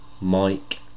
Mike